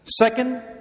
Second